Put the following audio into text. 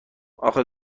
آخه